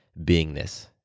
beingness